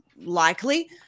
likely